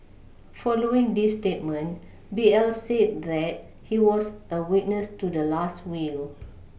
following this statement B L said that he was a witness to the last will